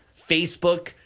Facebook